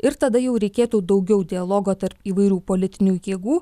ir tada jau reikėtų daugiau dialogo tarp įvairių politinių jėgų